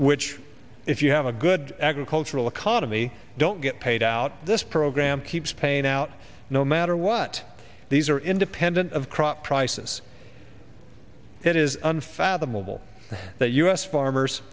which if you have a good agricultural economy don't get paid out this program keeps paying out no matter what these are independent of crop prices it is unfathomable that u s farmers